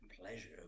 pleasure